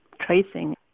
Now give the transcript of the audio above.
tracing